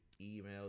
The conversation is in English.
email